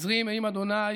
עזרי מעם ה'